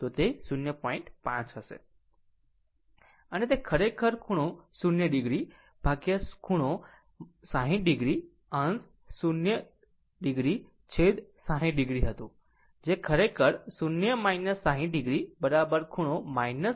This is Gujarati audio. અને તે ખરેખર ખૂણો 0 o ખૂણો 60 o અંશ 0 o છેદ 60 o હતું જે ખરેખર 0 o 60 o angle 60 o આવી રહ્યું હતું